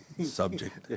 subject